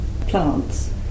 plants